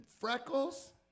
freckles